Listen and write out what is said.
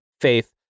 faith